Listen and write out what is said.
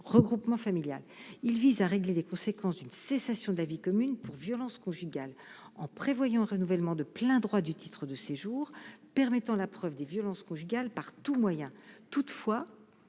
regroupement familial, il vise à régler les conséquences d'une cessation de la vie commune pour violences conjugales en prévoyant un renouvellement de plein droit du titre de séjour permettant la preuve des violences conjugales, par tout moyen, toutefois,